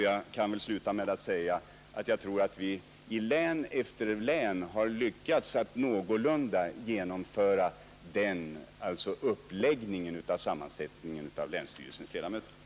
Jag kan sluta med att säga att jag tror att vi i län efter län har lyckats med att någorlunda genomföra denna uppläggning av sammansättningen av länsstyrelsens ledamöter.